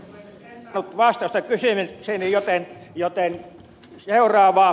en saanut vastausta kysymykseeni joten seuraavaa